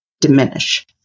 diminish